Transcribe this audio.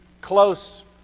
close